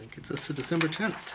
i think it's the december tenth